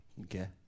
Okay